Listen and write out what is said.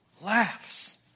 laughs